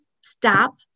stop